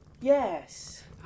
yes